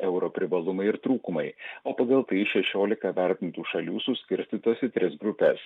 euro privalumai ir trūkumai o pagal tai šešiolika vertintų šalių suskirstytos į tris grupes